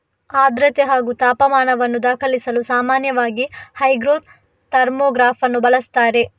ಆರ್ದ್ರತೆ ಹಾಗೂ ತಾಪಮಾನವನ್ನು ದಾಖಲಿಸಲು ಸಾಮಾನ್ಯವಾಗಿ ಹೈಗ್ರೋ ಥರ್ಮೋಗ್ರಾಫನ್ನು ಬಳಸುತ್ತಾರೆ